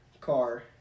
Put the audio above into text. car